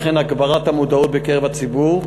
וכן הגברת המודעות בקרב הציבור,